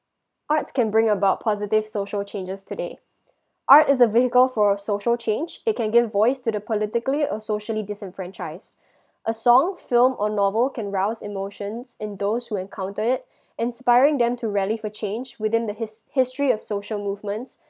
arts can bring about positive social changes today art is a vehicle for social change they can give voice to the politically or socially disenfranchise a song film or novel can rouse emotions and those who encounter it inspiring them to relief a change within the his~ history of social movements